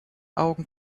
augen